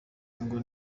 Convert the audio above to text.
ngo